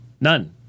None